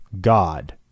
God